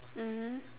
mmhmm